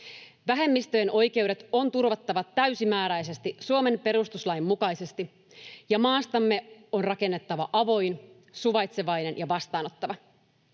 Vähemmistöjen oikeudet on turvattava täysimääräisesti Suomen perustuslain mukaisesti ja maastamme on rakennettava avoin, suvaitsevainen ja vastaanottava.